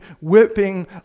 whipping